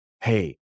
hey